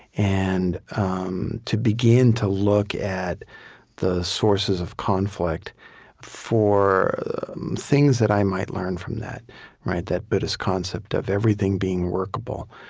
and um to begin to look at the sources of conflict for things that i might learn from that that buddhist concept of everything being workable.